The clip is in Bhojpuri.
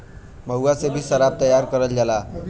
महुआ से भी सराब तैयार करल जाला